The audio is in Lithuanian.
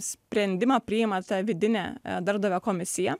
sprendimą priima ta vidinė darbdavio komisija